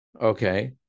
okay